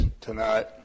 tonight